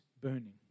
burning